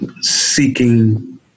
seeking